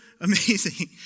amazing